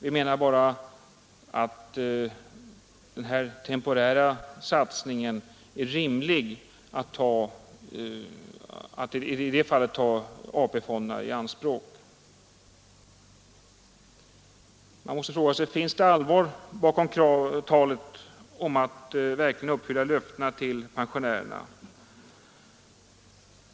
Vi menar bara att det vore rimligt att ta AP-fonderna i anspråk när det gäller denna temporära satsning. Man måste fråga sig huruvida det verkligen finns allvar bakom talet om att uppfylla löftena till pensionärerna.